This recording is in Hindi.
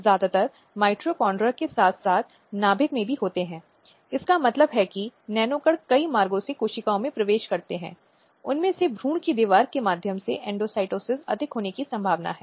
अतः इसलिए लैंगिक न्याय एक ऐसी चीज है जिसे विभिन्न निकायों विभिन्न एजेंसियों के समन्वित प्रयासों के माध्यम से प्राप्त किया जा सकता है